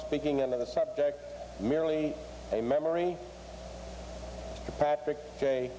speaking of the subject merely a memory